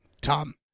Tom